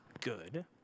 good